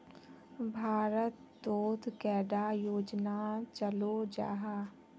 भारत तोत कैडा योजना चलो जाहा?